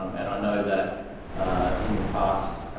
um and know that in the past